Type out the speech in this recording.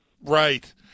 Right